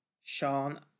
Sean